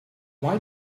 why